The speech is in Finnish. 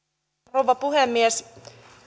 rouva puhemies